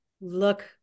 look